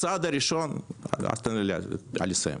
תן לי לסיים.